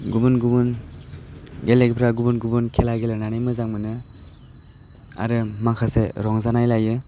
गुबुन गुबुन गेलेगिफ्रा गुबुन गुबुन खेला गेलेनानै मोजां मोनो आरो माखासे रंजानाय लायो